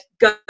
go